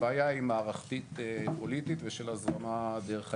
הבעיה היא מערכתית פוליטית ושל הזרמה דרך הירדן.